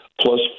plus